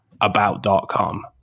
about.com